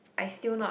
I still not